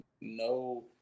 no